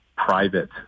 private